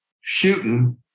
shooting